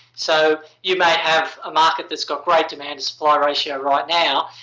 so, you may have a market that's got great demand-to-supply ratio right now,